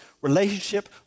relationship